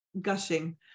gushing